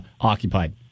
occupied